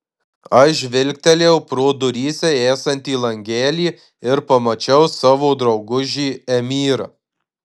aš žvilgtelėjau pro duryse esantį langelį ir pamačiau savo draugužį emyrą